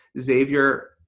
Xavier